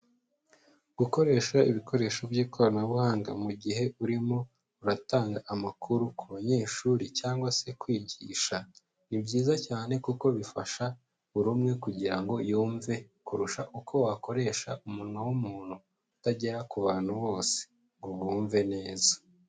Gukoresha ibikoresho by'ikoranabuhanga mu gihe urimo uratanga amakuru ku banyeshuri cyangwa se kwigisha, ni byiza cyane kuko bifasha buri umwe kugira ngo yumve kurusha uko wakoresha umunwa w'umuntu utagera ku bantu bose ngo bumve neza.